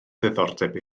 ddiddordeb